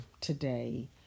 today